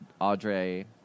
Audrey